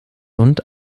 und